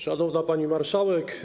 Szanowna Pani Marszałek!